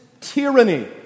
tyranny